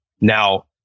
Now